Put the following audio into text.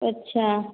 अच्छा